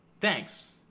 Thanks